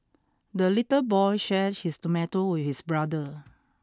the little boy shared his tomato with his brother